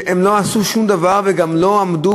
שלא עשו שום דבר ולא עמדו,